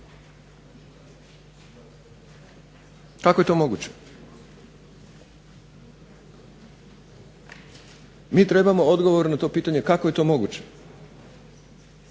Kako je to moguće? Mi trebamo odgovor na to pitanje kako je to moguće,